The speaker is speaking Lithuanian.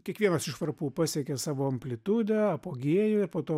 kiekvienas iš varpų pasiekia savo amplitudę apogėjų ir po to